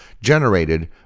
generated